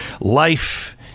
Life